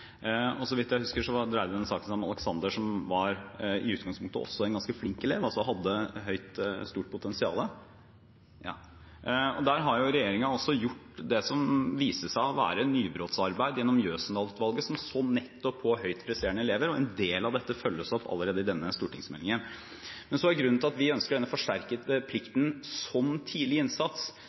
skole. Så vidt jeg husker, dreide denne saken seg om «Alexander» som i utgangspunktet også var en ganske flink elev, som hadde stort potensial. Der har regjeringen gjort det som viser seg å være nybrottsarbeid, gjennom Jøsendalutvalget, som så nettopp på høyt presterende elever. En del av dette følges opp allerede i denne stortingsmeldingen. Men grunnen til at vi ønsker denne forsterkede plikten som tidlig innsats,